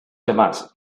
demás